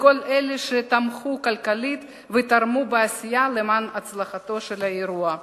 לכל אלה שתמכו כלכלית ותרמו בעשייה למען הצלחתו של האירוע.